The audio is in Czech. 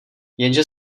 jenže